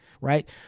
right